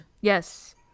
Yes